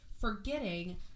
forgetting